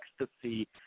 ecstasy